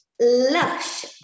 lush